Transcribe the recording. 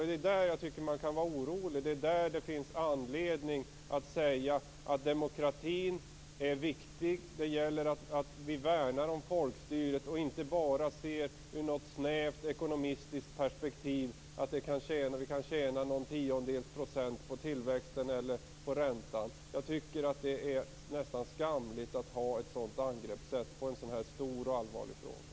Det är där jag tycker att man kan vara orolig. Det är där det finns anledning att säga att demokratin är viktig. Det gäller att värna folkstyret och inte bara i ett snävt "ekonomistiskt" perspektiv se att vi kan tjäna någon tiondels procent på tillväxten eller på räntan. Jag tycker att det är nästan skamligt med ett sådant angreppssätt på en så här stor och allvarlig fråga.